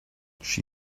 she